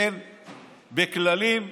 בכללים,